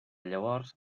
llavors